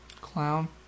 Clown